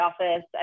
office